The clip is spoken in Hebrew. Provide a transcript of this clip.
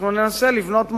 וננסה לבנות מודל,